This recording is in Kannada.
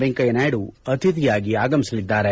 ವೆಂಕಯ್ಯ ನಾಯ್ದು ಅತಿಥಿಯಾಗಿ ಆಗಮಿಸಲಿದ್ದಾರೆ